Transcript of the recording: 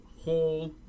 whole